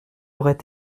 aurait